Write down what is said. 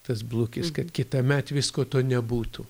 tas blukis kad kitąmet visko to nebūtų